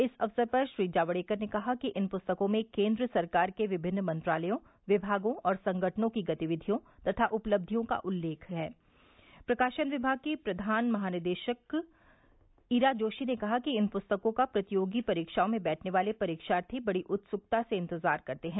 इस अवसर पर श्री जावड़ेकर ने कहा कि इन पुस्तकों में केन्द्र सरकार के विभिन्न मंत्रालयों विभागों और संगठनों की गतिविधियों तथा उपलब्धियों का उल्लेख है प्रकाशन विभाग की प्रधान महानिदेशक ईरा जोशी ने कहा कि इन पुस्तकों का प्रतियोगी परीक्षाओं में बैठने वाले परीक्षार्थी बड़ी उत्सुकता से इंतजार करते हैं